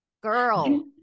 girl